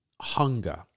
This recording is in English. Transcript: hunger